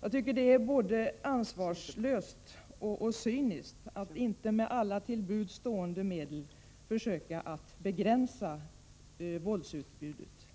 Jag tycker det är både ansvarslöst och cyniskt att inte med alla till buds stående medel försöka begränsa våldsutbudet.